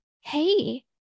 hey